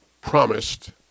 promised